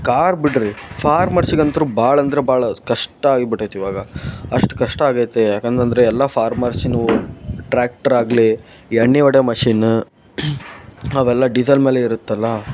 car ಬಿಡಿರಿ ಫಾರ್ಮರ್ಸಿಗಂತು ಭಾಳ ಅಂದ್ರೆ ಭಾಳ ಕಷ್ಟಾಗಿ ಬಿಟೈತೆ ಇವಾಗ ಅಷ್ಟು ಕಷ್ಟ ಆಗೈತೆ ಏಕಂತಂದ್ರೆ ಎಲ್ಲ ಫಾರ್ಮರ್ಸಿಯೂ ಟ್ರ್ಯಾಕ್ಟ್ರಾಗಲಿ ಎಣ್ಣೆ ಹೊಡಿಯೊ ಮಷಿನ್ನು ಅವೆಲ್ಲ ಡೀಝೆಲ್ ಮೇಲೆ ಇರುತ್ತಲ್ವ